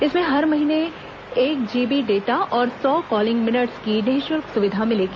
इसमें हर महीने एक जीबी डेटा और सौ कॉलिंग मिनट्स की निःशुल्क सुविधा मिलेगी